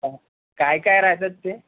काय काय राहतात ते